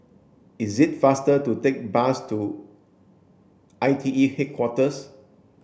it is faster to take the bus to I T E Headquarters